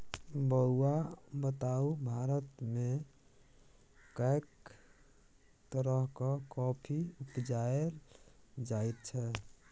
बौआ बताउ भारतमे कैक तरहक कॉफी उपजाएल जाइत छै?